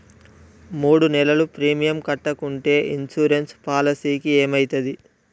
మూడు నెలలు ప్రీమియం కట్టకుంటే ఇన్సూరెన్స్ పాలసీకి ఏమైతది?